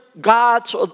gods